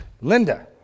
Linda